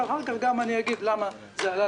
ואחר כך אגיד גם למה זה עלה